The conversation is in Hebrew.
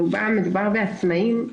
ברובם מדובר בעצמאים.